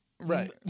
Right